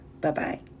Bye-bye